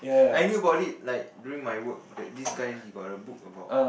I knew about it like during my work that this guy he got a book about